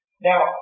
Now